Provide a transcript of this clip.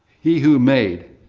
he who made,